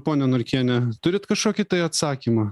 pone norkiene turit kažkokį tai atsakymą